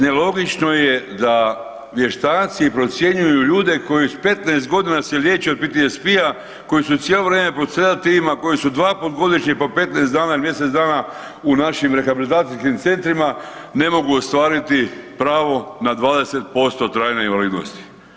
Nelogično je da vještaci procjenjuju ljude koji 15.g. se liječe od PTSP koji su cijelo vrijeme pod sedativima, koji su dva put godišnje po 15 dana ili mjesec dana u našim rehabilitacijskim centrima, ne mogu ostvariti pravo na 20% trajne invalidnosti.